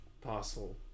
parcel